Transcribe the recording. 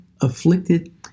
afflicted